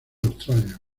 australia